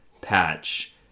patch